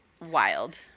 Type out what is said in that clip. wild